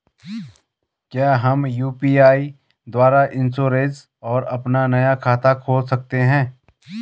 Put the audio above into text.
क्या हम यु.पी.आई द्वारा इन्श्योरेंस और अपना नया खाता खोल सकते हैं?